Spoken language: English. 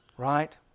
Right